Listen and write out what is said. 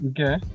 okay